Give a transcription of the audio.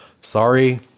Sorry